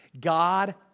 God